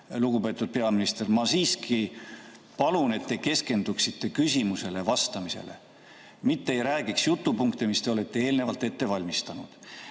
Lugupeetud peaminister, ma siiski palun, et te keskenduksite küsimusele vastamisele, mitte ei räägiks jutupunkte, mis te olete eelnevalt ette valmistanud.